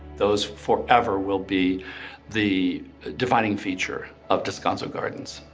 those forever will be the defining feature of descanso gardens.